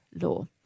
law